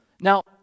Now